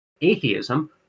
Atheism